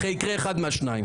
יקרה אחד מהשניים.